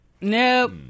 Nope